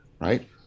right